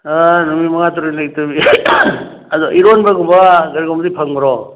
ꯅꯨꯃꯤꯠ ꯃꯉꯥ ꯇꯔꯨꯛꯅꯤꯇꯒꯤ ꯑꯗꯣ ꯏꯔꯣꯟꯕꯒꯨꯝꯕ ꯀꯔꯤꯒꯨꯝꯕꯗꯤ ꯐꯪꯕ꯭ꯔꯣ